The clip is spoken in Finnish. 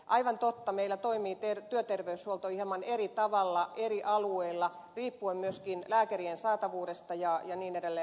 aivan totta meillä työterveyshuolto toimii hieman eri tavalla eri alueilla riippuen myöskin lääkärien saatavuudesta ja niin edelleen